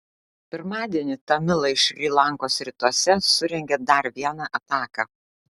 pirmadienį tamilai šri lankos rytuose surengė dar vieną ataką